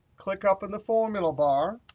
click up in the formula bar,